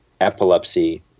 epilepsy